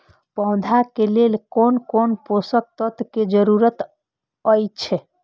पौधा के लेल कोन कोन पोषक तत्व के जरूरत अइछ?